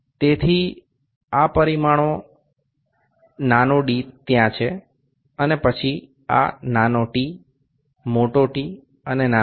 এছাড়াও আমরা এই ছোট ব্যাসটি দেখতে পাচ্ছি আমি এটিকে s বলব